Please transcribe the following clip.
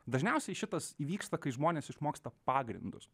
dažniausiai šitas įvyksta kai žmonės išmoksta pagrindus